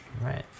Right